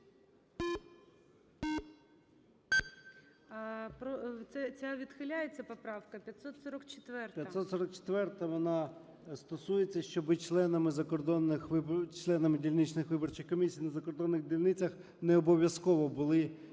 544-а, вона стосується, щоб членами дільничних виборчих комісій на закордонних дільницях не обов'язково були